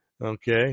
Okay